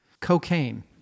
cocaine